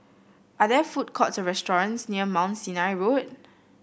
are there food courts or restaurants near Mount Sinai Road